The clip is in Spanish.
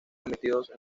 emitidos